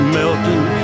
melting